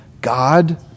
God